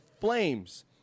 flames